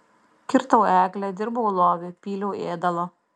kirtau eglę dirbau lovį pyliau ėdalo